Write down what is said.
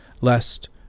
lest